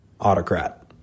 autocrat